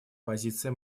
позиция